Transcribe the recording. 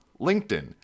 LinkedIn